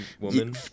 woman